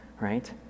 right